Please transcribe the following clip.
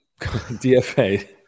DFA